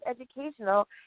educational